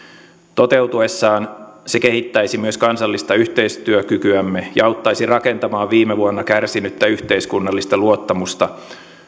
toteutuessaan se kehittäisi myös kansallista yhteistyökykyämme ja auttaisi rakentamaan viime vuonna kärsinyttä yhteiskunnallista luottamusta